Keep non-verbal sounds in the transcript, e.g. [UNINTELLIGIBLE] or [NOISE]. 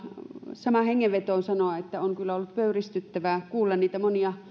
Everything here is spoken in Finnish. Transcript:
samaan hengenvetoon sanoa että on kyllä ollut pöyristyttävää kuulla niitä monia [UNINTELLIGIBLE]